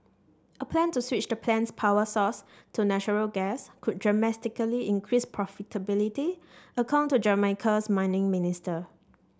a plan to switch the plant's power source to natural gas could dramatically increase profitability according to Jamaica's mining minister